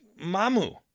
Mamu